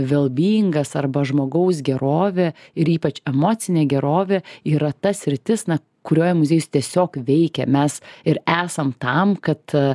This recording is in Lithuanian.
velbyjingas arba žmogaus gerovė ir ypač emocinė gerovė yra ta sritis na kurioje muziejus tiesiog veikia mes ir esam tam kad a